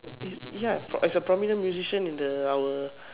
yes ya as a prominent musician in the our